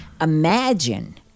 imagine